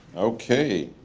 okay,